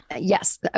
Yes